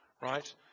right